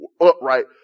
upright